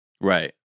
Right